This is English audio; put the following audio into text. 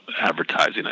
advertising